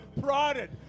prodded